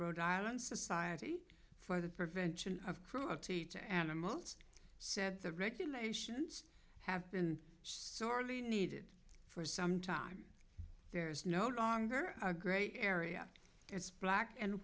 rhode island society for the prevention of cruelty to animals said the regulations have been sorely needed for some time there is no longer a great area it's black and